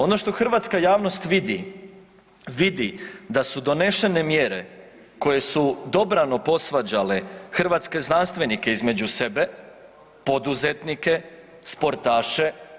Ono što hrvatska javnost vidi, vidi da su donešene mjere koje su dobrano posvađale hrvatske znanstvenike između sebe, poduzetnike, sportaše.